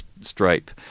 stripe